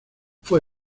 fue